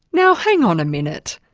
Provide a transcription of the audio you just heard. now hang on a minute!